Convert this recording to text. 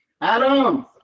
Adam